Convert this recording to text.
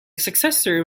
successor